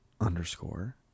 underscore